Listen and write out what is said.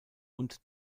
und